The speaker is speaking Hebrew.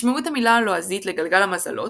משמעות המילה הלועזית לגלגל המזלות,